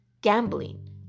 gambling